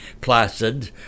Placid